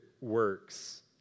works